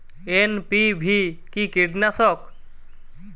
NPV কি কীটনাশক?